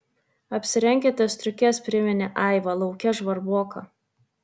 apsirenkite striukes priminė aiva lauke žvarboka